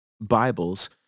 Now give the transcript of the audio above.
Bibles